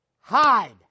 Hide